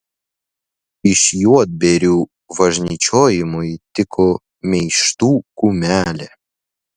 iš juodbėrių važnyčiojimui tiko meištų kumelė